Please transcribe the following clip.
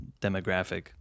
demographic